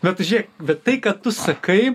bet tai žiūrėk bet tai ką tu sakai